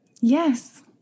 Yes